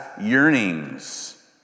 yearnings